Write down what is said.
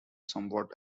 somewhat